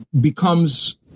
becomes